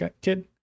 kid